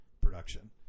production